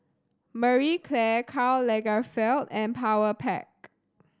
Marie Claire Karl Lagerfeld and Powerpac